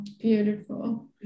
Beautiful